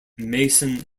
mason